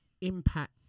impact